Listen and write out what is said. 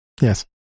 Yes